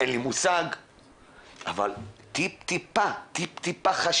אין לי מושג אבל טיפ טיפה חשיבה.